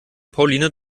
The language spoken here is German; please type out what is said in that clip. pauline